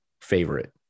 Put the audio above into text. favorite